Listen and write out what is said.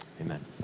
Amen